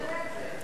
תשנה את זה.